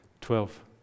twelve